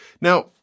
Now